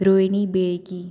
रोयनी बेळगी